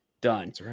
done